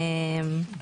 בעצם,